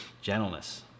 gentleness